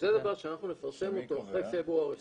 זה דבר שאנחנו נפרסם אותו אחרי פברואר 20'